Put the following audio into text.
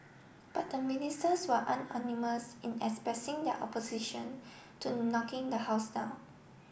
but the Ministers were unanimous unanimous in expressing their opposition to knocking the house down